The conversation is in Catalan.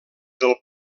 del